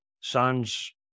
son's